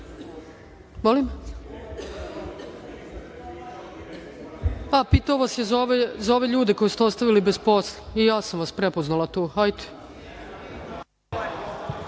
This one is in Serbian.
pitao.)Pa, pitao vas je za ove ljude koje ste ostavili bez posla i ja sam vas prepoznala tu. Izvolite.